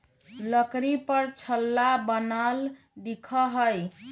लकड़ी पर छल्ला बनल दिखा हई